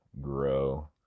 grow